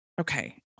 Okay